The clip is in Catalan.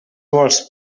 vols